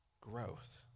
growth